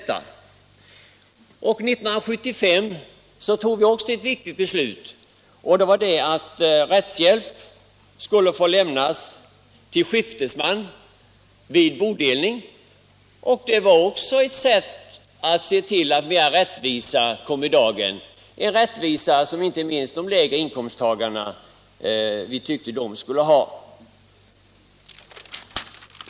1975 tog vi också ett viktigt beslut, nämligen att rättshjälp skulle få lämnas till skiftesman vid bodelning. Det var också ett sätt att se till att mer rättvisa kom i dagen — en rättvisa som vi tyckte att inte minst människor med lägre inkomster skulle ha.